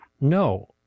No